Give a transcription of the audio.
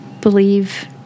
believe